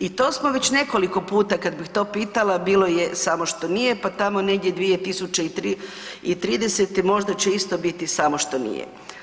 i to smo već nekoliko puta, kad bih to pitala, bilo je, samo što nije, pa tamo negdje 2030. možda će isto biti samo što nije.